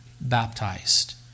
baptized